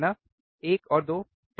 1 और 2 ठीक